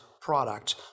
product